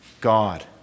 God